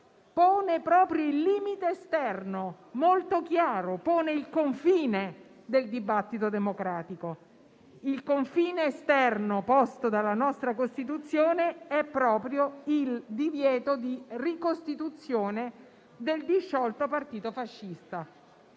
pone proprio il limite esterno, molto chiaro, e il confine del dibattito democratico. Il confine esterno posto dalla nostra Costituzione è proprio il divieto di ricostituzione del disciolto partito fascista.